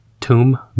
tomb